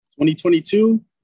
2022